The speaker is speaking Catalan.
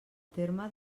terme